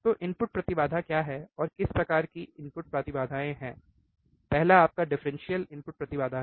तो इनपुट प्रतिबाधा क्या है और किस प्रकार के इनपुट प्रतिबाधाएँ हैं पहला आपका डिफरेंशियल इनपुट प्रतिबाधा है